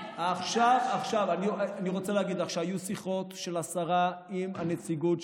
אדוני סגן השר,